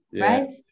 Right